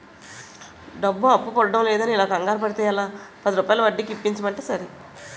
డబ్బు అప్పు పుట్టడంలేదని ఇలా కంగారు పడితే ఎలా, పదిరూపాయల వడ్డీకి ఇప్పించమంటే సరే